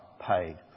paid